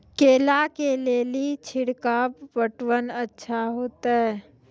केला के ले ली छिड़काव पटवन अच्छा होते?